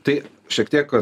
tai šiek tiek